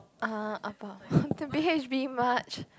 err about B H B much